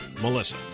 Melissa